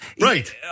Right